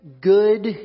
good